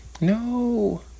No